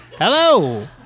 Hello